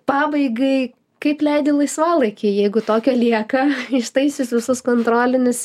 pabaigai kaip leidi laisvalaikį jeigu tokio lieka ištaisius visus kontrolinius